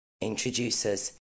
introduces